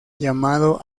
llamado